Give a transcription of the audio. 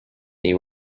they